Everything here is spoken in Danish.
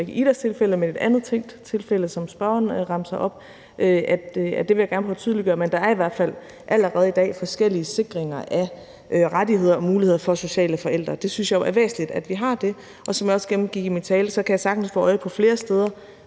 ikke Idas tilfælde, men et andet tænkt tilfælde, som spørgeren remser op – at det vil jeg gerne prøve at tydeliggøre, men at der i hvert fald allerede i dag er forskellige sikringer af rettigheder og muligheder for sociale forældre. Jeg synes jo, det er væsentligt, at vi har det. Og som jeg også gennemgik i min tale, kan jeg sagtens få øje på flere steder,